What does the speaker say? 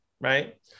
right